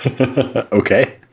Okay